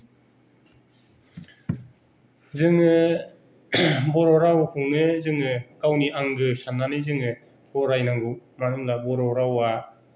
जोङो बर' रावखौनो जोङो गावनि आंगो साननानै जोङो फरायनांगौ मानो होनब्ला बर' रावआ